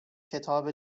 کتاب